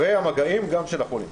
וגם המגעים של החולים.